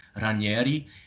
Ranieri